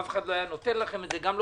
אף אחד לא היה נותן לכם את זה גם לא